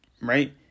right